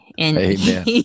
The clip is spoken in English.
Amen